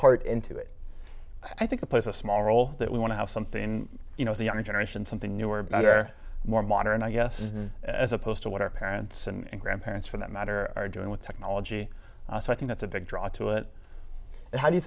part into it i think it plays a small role that we want to have something in you know the younger generation something newer better more modern i guess as opposed to what our parents and grandparents for that matter are doing with technology so i think that's a big draw to it and how do you